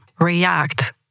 react